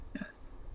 Yes